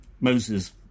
Moses